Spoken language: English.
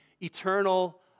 eternal